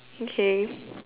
okay